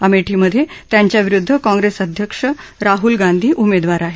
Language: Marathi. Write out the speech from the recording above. अमेठीमध्ये त्यांच्याविरुद्ध काँग्रेस अध्यक्ष राहूल गांधी उमेदवार आहेत